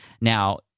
now